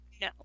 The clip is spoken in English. No